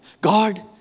God